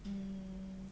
mm